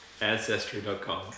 ancestry.com